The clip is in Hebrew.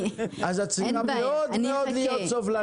אז את צריכה להיות מאוד מאוד סובלנית.